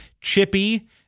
Chippy